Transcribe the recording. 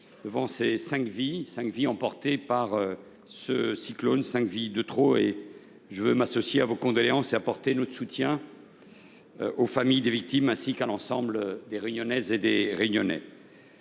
devant ces cinq vies, cinq vies emportées par ce cyclone, cinq vies de trop. Je m’associe à vos condoléances et réaffirme notre soutien aux familles des victimes, ainsi qu’à l’ensemble des Réunionnaises et des Réunionnais.